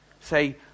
Say